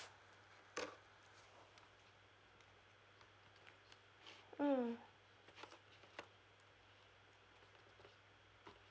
mm